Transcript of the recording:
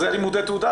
זה לימודי תעודה.